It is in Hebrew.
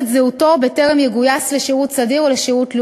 את זהותו בטרם יגויס לשירות סדיר ולשירות לאומי,